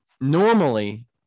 normally